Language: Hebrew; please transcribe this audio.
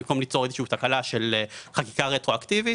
במקום ליצור איזושהי תקלה של חקיקה רטרואקטיבית.